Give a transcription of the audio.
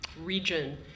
region